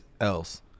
else